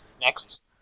next